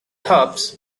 tops